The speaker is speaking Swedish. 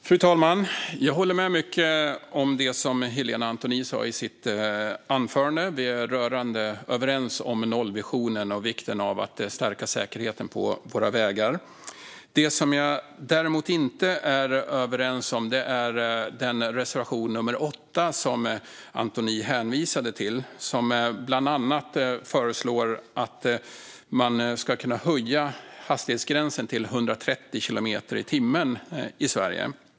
Fru talman! Jag håller med om mycket av det som Helena Antoni sa i sitt anförande. Vi är rörande överens om nollvisionen och vikten av att stärka säkerheten på våra vägar. Det som jag däremot inte är överens med henne om är reservation 8 som Antoni hänvisade till. Där föreslås bland annat att man ska kunna höja hastighetsgränsen till 130 kilometer i timmen i Sverige.